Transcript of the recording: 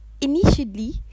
initially